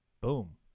boom